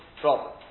problem